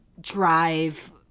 drive